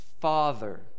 Father